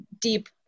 deep